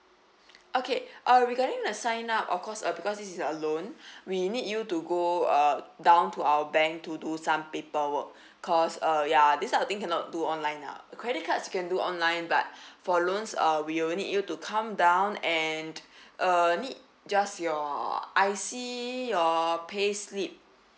okay uh regarding the sign up of course uh because this is a loan we need you to go uh down to our bank to do some paperwork cause uh ya this type of thing cannot do online lah credit cards you can do online but for loans uh we'll need you to come down and uh need just your I_C your payslip